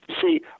see